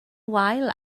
wael